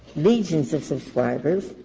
legions of subscribers.